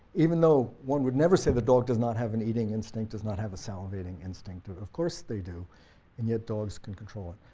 even though one would never say the dog does not have an eating instinct, does not have a salivating instinct, of course they do and yet dogs can control it.